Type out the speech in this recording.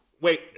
wait